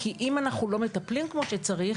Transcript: כי אם אנחנו לא מטפלים כמו שצריך